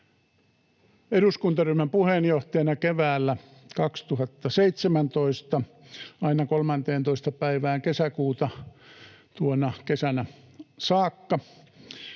eduskuntaryhmän puheenjohtajana keväällä 2017, aina 13. päivään kesäkuuta saakka